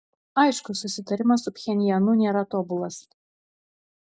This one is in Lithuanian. aišku susitarimas su pchenjanu nėra tobulas